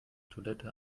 toilette